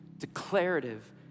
declarative